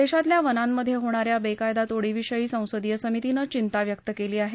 देशातल्या वनांमध्ये होणाऱ्या बेकायदा तोडीविषयी संसदीय समितीनं चिंता व्यक्त केली आहे